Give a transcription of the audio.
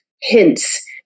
hints